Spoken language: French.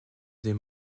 des